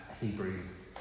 Hebrews